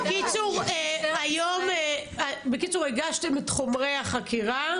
בקיצור הגשתם את חומרי החקירה.